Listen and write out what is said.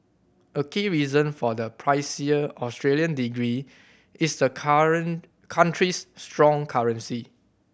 a key reason for the pricier Australian degree is the ountry's strong currency